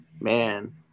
man